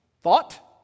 thought-